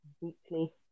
weekly